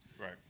Right